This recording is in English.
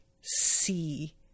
see